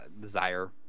desire